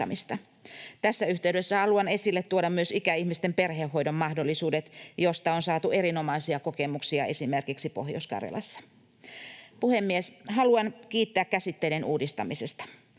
Tässä yhteydessä haluan esille tuoda myös ikäihmisten perhehoidon mahdollisuudet, joista on saatu erinomaisia kokemuksia esimerkiksi Pohjois-Karjalassa. Puhemies! Haluan kiittää käsitteiden uudistamisesta.